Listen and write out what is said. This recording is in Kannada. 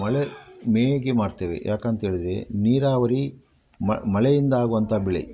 ಮಳೆ ಮೇಗೆ ಮಾಡ್ತೇವೆ ಯಾಕಂತೇಳಿದರೆ ನೀರಾವರಿ ಮಳೆಯಿಂದ ಆಗುವಂಥ ಬೆಳೆ